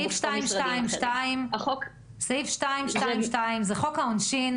סעיף 222 זה חוק העונשין,